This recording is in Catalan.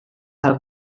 del